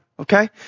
Okay